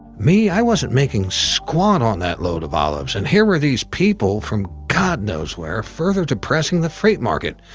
me, i wasn't making squat on that load of olives, and here were these people from god knows where, further depressing the freight market.